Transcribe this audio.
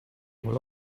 will